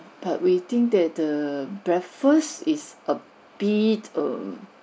but we think that the breakfast is a bit err